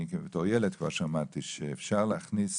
אני בתור ילד כבר שמעתי שאפשר להכניס